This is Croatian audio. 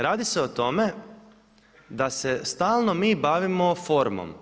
Radi se o tome da se stalno mi bavimo formom.